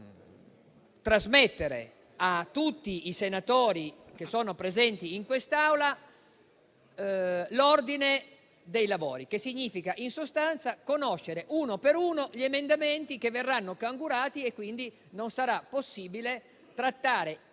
di trasmettere a tutti i senatori presenti in quest'Aula l'ordine dei lavori, il che significa in sostanza conoscere uno per uno gli emendamenti che verranno "cangurati" e quindi non sarà possibile trattare